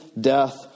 death